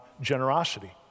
generosity